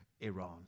Iran